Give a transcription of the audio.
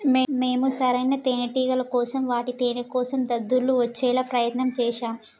మేము సరైన తేనేటిగల కోసం వాటి తేనేకోసం దద్దుర్లు వచ్చేలా ప్రయత్నం చేశాం